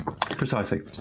Precisely